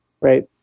Right